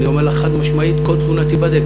אני אומר לך חד-משמעית: כל תלונה תיבדק,